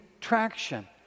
traction